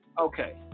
Okay